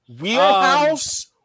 Wheelhouse